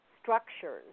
structures